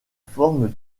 forme